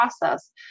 process